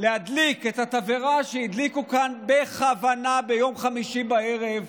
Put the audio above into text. להדליק את התבערה שהדליקו כאן בכוונה ביום חמישי בערב.